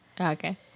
Okay